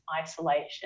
isolation